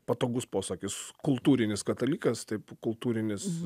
patogus posakius kultūrinis katalikas taip kultūrinis